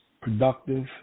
productive